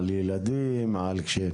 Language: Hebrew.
על ילדים וכולי.